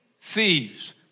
thieves